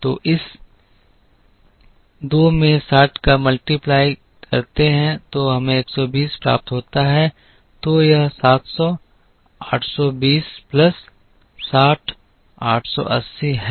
तो इस 2 में 60 120 है तो यह 700 820 प्लस 60 880 है